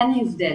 אין הבדל.